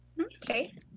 Okay